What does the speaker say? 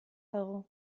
dago